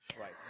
right